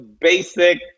basic